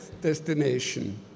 destination